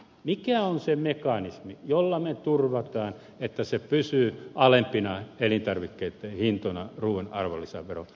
mikä on se mekanismi jolla me turvaamme että ruuan arvonlisäveron alentaminen pitää elintarvikkeitten hinnat alempina